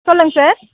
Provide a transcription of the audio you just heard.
சொல்லுங்க சார்